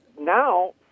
now